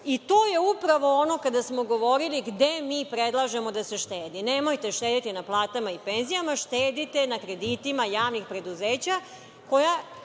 to je upravo ono kada smo govorili gde mi predlažemo da se štedi. Nemojte štedeti na platama i penzijama, štedite na kreditima javnih preduzeća koja